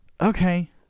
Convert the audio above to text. Okay